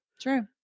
True